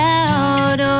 out